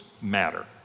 matter